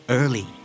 early